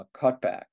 cutback